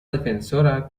defensora